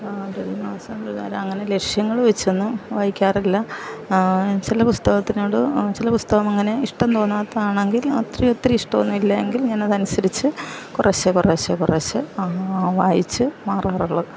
ആറ് ഏഴ് മാസം കഴിഞ്ഞാൽ അങ്ങനെ ലക്ഷ്യങ്ങൾ വച്ചൊന്നും വായിക്കാറില്ല ചില പുസ്തകത്തിനോട് ചില പുസ്തകം അങ്ങനെ ഇഷ്ടം തോന്നാത്തത് ആണെങ്കിൽ അത്ര ഒത്തിരി ഇഷ്ടമൊന്നുമില്ലെങ്കിൽ ഞാൻ അത് അനുസരിച്ച് കുറേശ്ശെ കുറേശ്ശെ കുറേശ്ശെ വായിച്ചു മാറാറുള്ളൂ